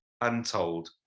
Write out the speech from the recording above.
Untold